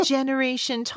Generation